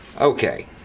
Okay